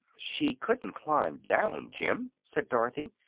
she couldn't climb down, jim, said dorothy.